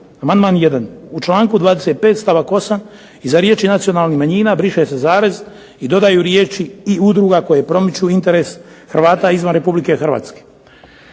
Amandman 1 u članku 25. stavak 8. iza riječi nacionalnih manjina briše se zarez i dodaju riječi, i udruga koje promiču interes Hrvata izvan RH.